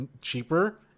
cheaper